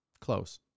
close